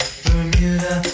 Bermuda